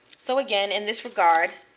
so again, in this regard,